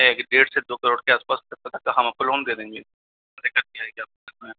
एक डेढ़ से दो करोड़ के आसपास हम आपको लोन दे देंगे आपको करना है